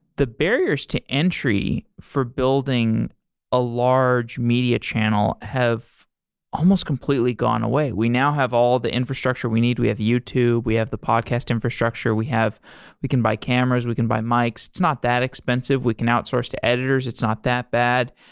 the barriers to entry for building a large media channel have almost completely gone away. we now have all the infrastructure we need. we have youtube. we have the podcast infrastructure. we can buy cameras. we can by mics. it's not that expensive. we can outsource to editors. it's not that bad.